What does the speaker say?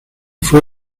fue